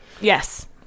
Yes